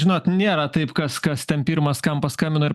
žinot nėra taip kas kas ten pirmas kam paskambino ir